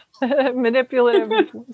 manipulative